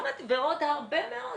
ועוד הרבה מאוד.